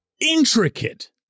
intricate